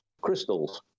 crystals